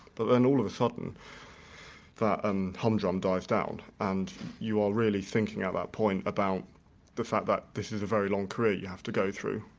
but then all of a sudden that and humdrum dies down and you are really thinking at that point about the fact that this is a very long career you have to go through,